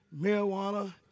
marijuana